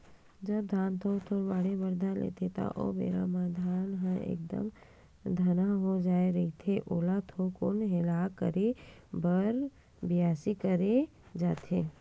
जब धान थोक थोक बाड़हे बर लेथे ता ओ बेरा म धान ह एकदम घना हो जाय रहिथे ओला थोकुन हेला करे बर बियासी करे जाथे